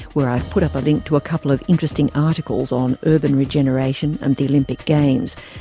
where i've put up a link to a couple of interesting articles on urban regeneration and the olympic games,